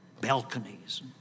Balconies